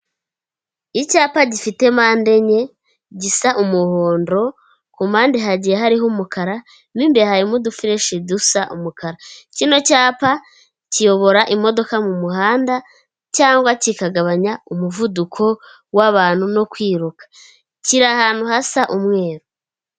Icyapa gifite mpande enye, gisa umuhondo, ku mpande hagiye hariho umukara, mu imbere hagiye harimo udufishi dusa umukara, kino cyapa kiyobora imodoka mu muhanda cyangwa kikagabanya umuvuduko w'abantu no kwiruka, kiri ahantu hasa umweru.